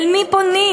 אל מי פונים?